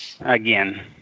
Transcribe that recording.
again